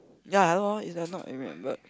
ya I don't know it's a not remembered